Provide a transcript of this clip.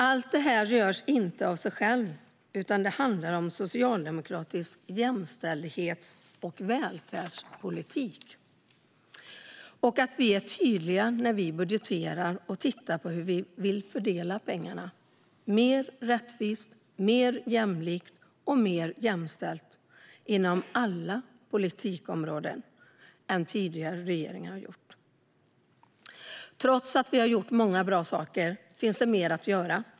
Allt det här görs inte av sig självt, utan det handlar om socialdemokratisk jämställdhets och välfärdspolitik och att vi är tydligare när vi budgeterar och tittar på hur vi inom alla politikområden fördelar pengarna på ett mer rättvist, jämlikt och jämställt sätt än vad tidigare regeringar har gjort. Trots att vi har gjort många bra saker finns det mer att göra.